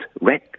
red